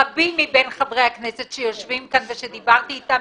רבים מבין חברי הכנסת שיושבים כאן ושדיברתי אתם,